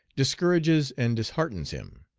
discourages and disheartens him.